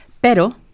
pero